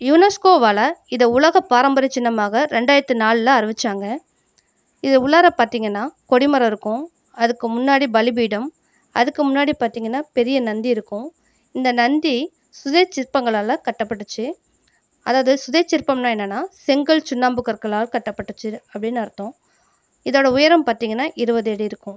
யுனெஸ்கோவால் இதை உலகப் பாரம்பரியச் சின்னமாக ரெண்டாயிரத்து நாலில் அறிவிச்சாங்க இது உள்ளார பார்த்தீங்கன்னா கொடிமரம் இருக்கும் அதுக்கு முன்னாடி பலிபீடம் அதுக்கு முன்னாடி பார்த்தீங்கன்னா பெரிய நந்தி இருக்கும் இந்த நந்தி சுதை சிற்பங்களால் கட்டப்பட்டுச்சு அதாவது சுதை சிற்பம்ன்னா என்னென்னா செங்கல் சுண்ணாம்பு கற்களால் கட்டப்பட்டுச்சு அப்படின்னு அர்த்தம் இதோட உயரம் பார்த்தீங்கன்னா இருபது அடி இருக்கும்